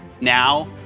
Now